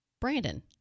Brandon